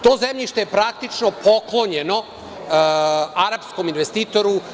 To zemljište je praktično poklonjeno arapskom investitoru.